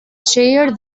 chair